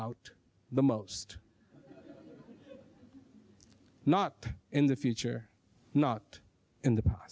out the most not in the future not in the